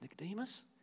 Nicodemus